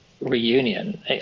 reunion